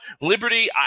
Liberty